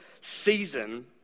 season